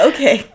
Okay